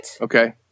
Okay